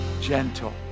gentle